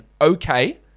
okay